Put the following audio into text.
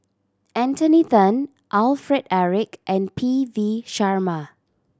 Anthony Then Alfred Eric and P V Sharma